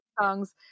songs